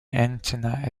antenna